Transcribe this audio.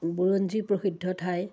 বুৰঞ্জী প্ৰসিদ্ধ ঠাই